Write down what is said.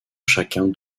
chacun